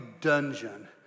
dungeon